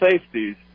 safeties